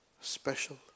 special